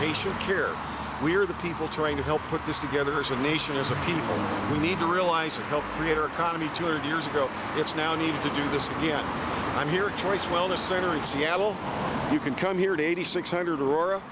patient care we're the people trying to help put this together as a nation as a people we need to realize and help greater economy church years ago it's now i need to do this again i'm here choice wellness center in seattle you can come here to eighty six hundred aurora